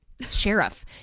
sheriff